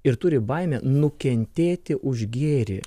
ir turi baimę nukentėti už gėrį